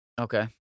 Okay